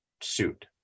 suit